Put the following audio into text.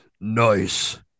nice